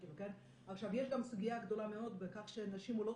יש גם סוגיה גדולה מאוד בכך שנשים עולות